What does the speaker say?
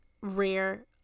rare